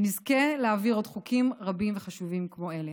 שנזכה להעביר עוד חוקים רבים וחשובים כמו אלה.